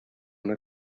una